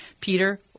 Peter